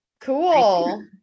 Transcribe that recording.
Cool